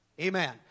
Amen